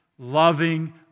Loving